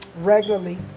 regularly